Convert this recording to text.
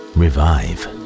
revive